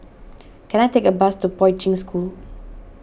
can I take a bus to Poi Ching School